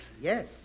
Yes